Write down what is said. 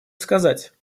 сказать